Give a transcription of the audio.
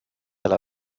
alla